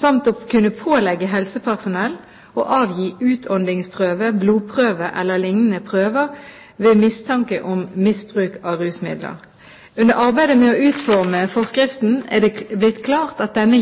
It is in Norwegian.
samt å kunne pålegge helsepersonell å avgi utåndingsprøve, blodprøve eller liknende prøver ved mistanke om misbruk av rusmidler. Under arbeidet med å utforme forskriften er det blitt klart at denne